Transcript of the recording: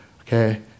okay